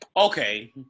Okay